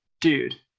dude